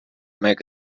make